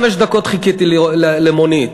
45 דקות חיכיתי למונית.